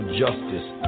justice